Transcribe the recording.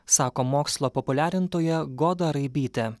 sako mokslo populiarintoja goda raibytė